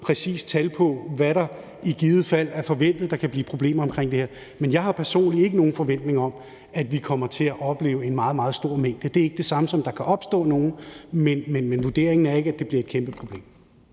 præcist tal på, hvad det i givet fald er forventet at der kan blive af problemer omkring det her, men jeg har personligt ikke nogen forventning om, at vi kommer til at opleve en meget, meget stor mængde. Det er ikke det samme som, at der ikke kan opstå nogen, men vurderingen er ikke, at det bliver et kæmpe problem.